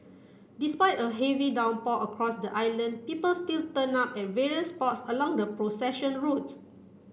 despite a heavy downpour across the island people still turn up at various spots along the procession route